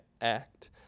act